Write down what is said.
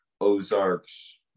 Ozarks